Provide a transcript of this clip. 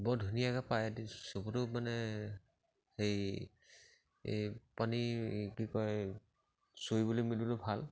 বৰ ধুনীয়াকৈ পায় চবতো মানে সেই এই পানী কি কয় চৰিবলৈ মেলিবলৈ ভাল